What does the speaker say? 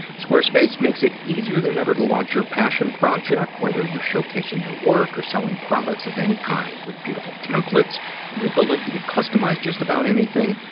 squarespace makes it easier than ever to launch your passion project, whether you're showcasing your work or selling products of any kind. with beautiful templates and the ability to customize just about anything,